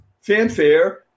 fanfare